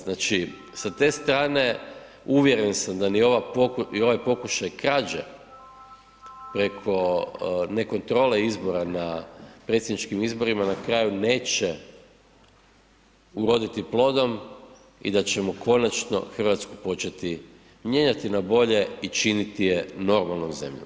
Znači, sa te strane uvjeren sam da ni ovaj, i ovaj pokušaj krađe preko ne kontrole izbora na predsjedničkim izborima na kraju neće uroditi plodom i da ćemo konačno Hrvatsku početi mijenjati na bolje i činiti je normalnom zemljom.